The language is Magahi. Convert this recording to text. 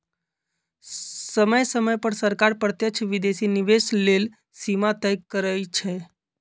समय समय पर सरकार प्रत्यक्ष विदेशी निवेश लेल सीमा तय करइ छै